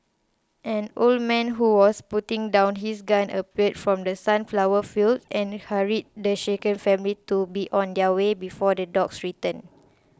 an old man who was putting down his gun appeared from the sunflower fields and hurried the shaken family to be on their way before the dogs return